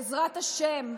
בעזרת השם,